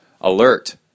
alert